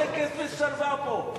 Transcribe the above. יש שקט ושלווה פה.